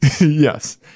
Yes